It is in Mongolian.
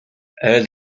айл